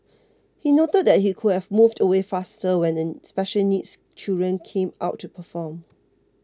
he noted that he could have moved away faster when the special needs children came out to perform